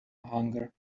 hunger